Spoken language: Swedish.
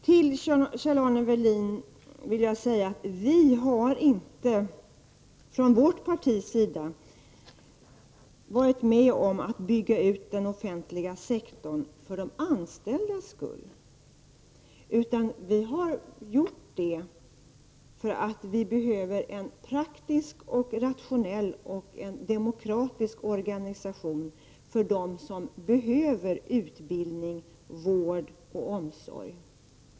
Herr talman! Till Kjell-Arne Welin vill jag säga att vi från vårt parti inte har varit med om att bygga ut den offentliga sektorn för de anställdas skull, utan det har vi gjort därför att vi behöver en praktisk och rationell demokratisk organisation för dem som behöver utbildning, vård och omsorg.